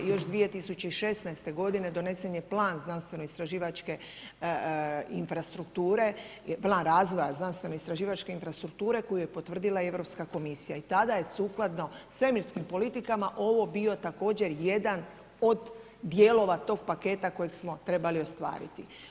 Još 2016. godine donesen je plan znanstveno istraživačke infrastrukture, plan razvoja znanstveno istraživačke infrastrukture koju je potvrdila Europska komisija i tada je sukladno svemirskim politikama ovo bio također jedan od dijelova tog paketa kojeg smo trebali ostvariti.